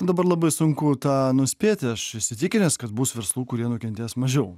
dabar labai sunku tą nuspėti aš įsitikinęs kad bus verslų kurie nukentės mažiau